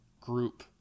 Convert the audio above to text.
group